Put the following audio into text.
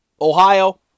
Ohio